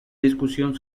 discusión